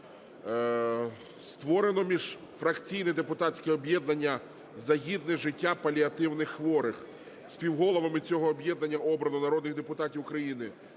Створено міжфракційне депутатське об'єднання "За гідне життя паліативних хворих". Співголовами цього об'єднання обрано народних депутатів України